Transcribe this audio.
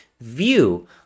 view